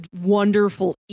wonderful